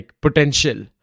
potential